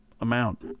amount